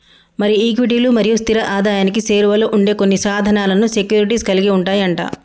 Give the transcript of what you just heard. మరి ఈక్విటీలు మరియు స్థిర ఆదాయానికి సేరువలో ఉండే కొన్ని సాధనాలను సెక్యూరిటీస్ కలిగి ఉంటాయి అంట